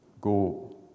go